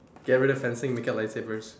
get rid of fencing make it a light sabers